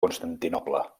constantinoble